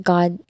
God